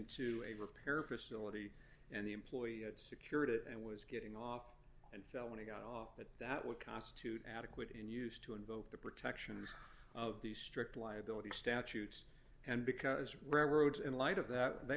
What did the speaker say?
to a repair facility and the employee had secured it and was getting off and fell when he got off that that would constitute adequate and used to invoke the protections of the strict liability statutes and because railroads in light of that they